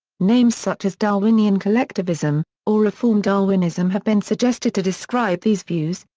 names such as darwinian collectivism or reform darwinism have been suggested to describe these views,